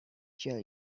tell